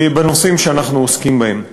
בנושאים שאנחנו עוסקים בהם.